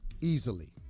Easily